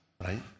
right